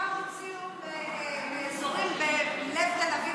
את חלקם הוציאו מאזורים בלב תל אביב.